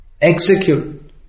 execute